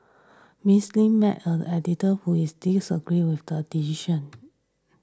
Miss Lim met an editor who is disagreed with the decision